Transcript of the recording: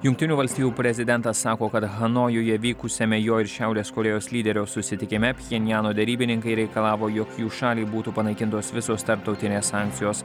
jungtinių valstijų prezidentas sako kad hanojuje vykusiame jo ir šiaurės korėjos lyderio susitikime pchenjano derybininkai reikalavo jog jų šalį būtų panaikintos visos tarptautinės sankcijos